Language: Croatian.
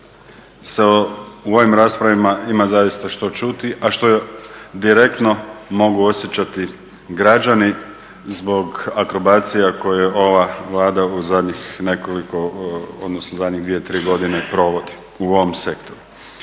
u ovom raspravama ima zaista što čuti, a što je direktno mogu osjećati građani zbog akrobacija koje ova Vlada u zadnjih nekoliko, odnosno zadnjih 2, 3 godine provodi u ovom sektoru.